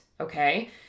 okay